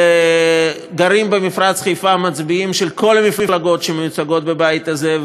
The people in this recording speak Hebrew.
וגרים במפרץ חיפה מצביעים של כל המפלגות שמיוצגות בבית הזה,